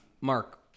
Mark